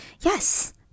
yes